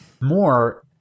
more